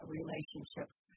relationships